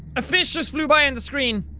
a fish's flood by and the screen.